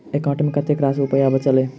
account मे कतेक रास रुपया बचल एई